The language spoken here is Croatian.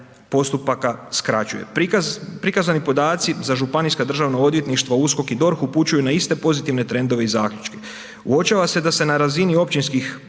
postupaka skraćuje. Prikazani podaci za županijska državna odvjetništva, USKOK i DORH upućuje na iste pozitivne trendove i zaključke. Uočava se da se na razini općinskih